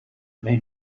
may